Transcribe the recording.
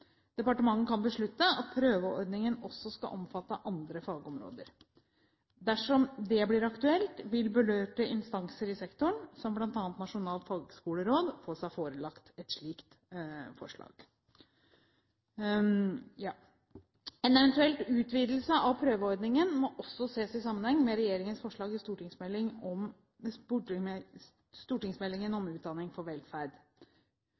Departementet kan beslutte at prøveordningen også skal omfatte andre fagområder. Dersom det blir aktuelt, vil berørte instanser i sektoren, som bl.a. Nasjonalt fagskoleråd, få seg forelagt et slikt forslag. En eventuell utvidelse av prøveordningen må også ses i sammenheng med stortingsmeldingen om utdanning for velferd